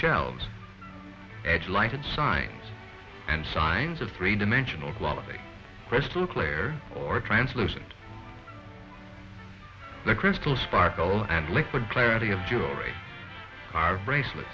shelves edge lighted signs and signs of three dimensional quality crystal clear or translucent the crystal sparkle and likely clarity of jewelry bracelet